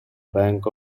bank